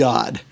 God